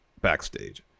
backstage